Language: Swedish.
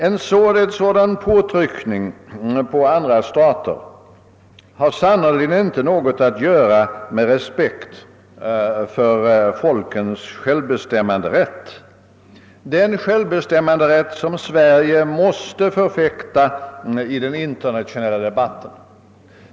En sådan påtryckning på andra stater har sannerligen inte något att göra med respekt för folkens självbestämmanderätt, den självbestämmanderätt som Sverige måste förfäkta i den internationella debatten.